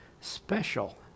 special